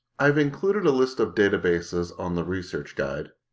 i've included a list of databases on the research guide.